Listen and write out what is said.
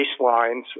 baselines